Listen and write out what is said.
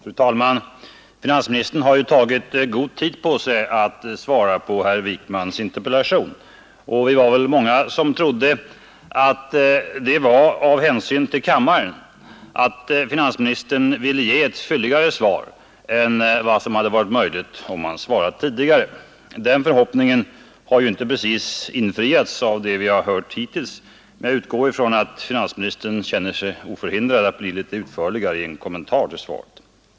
Fru talman! Finansministern har tagit god tid på sig att svara på herr Wijkmans interpellation. Vi var väl många som trodde att det var av hänsyn till kammaren — att finansministern ville ge ett fylligare svar än vad som hade varit möjligt om han hade svarat tidigare. Den förhoppningen har inte infriats av vad vi hört hittills, men jag utgår från att finansministern känner sig oförhindrad att bli litet utförligare i en kommentar till svaret.